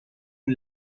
اون